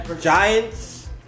Giants